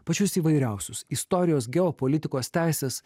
pačius įvairiausius istorijos geopolitikos teisės